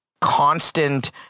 constant